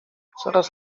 coraz